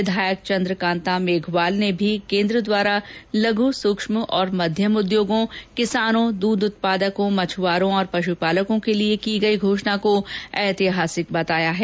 विधायक चंद्रकांता मेघवाल ने भी केन्द्र द्वारा लघू सूक्ष्म और मध्यम उद्योगों किसानों दूध उत्पादकों मछुवारों और पशुपालकों के लिए की गई घोषणा को ऐतिहासिक बताया है